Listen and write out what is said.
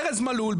ארז מלול,